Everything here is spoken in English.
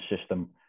system